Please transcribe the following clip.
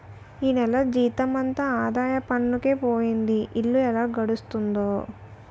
ఈ నెల జీతమంతా ఆదాయ పన్నుకే పోయింది ఇల్లు ఎలా గడుస్తుందో